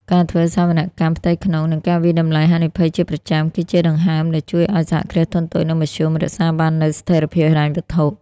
ការធ្វើសវនកម្មផ្ទៃក្នុង និងការវាយតម្លៃហានិភ័យជាប្រចាំ គឺជាដង្ហើមដែលជួយឱ្យ សហគ្រាសធុនតូច និងមធ្យម រក្សាបាននូវស្ថិរភាពហិរញ្ញវត្ថុ។